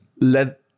let